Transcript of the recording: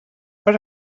but